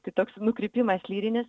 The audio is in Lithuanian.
tai toks nukrypimas lyrinis